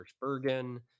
Bergen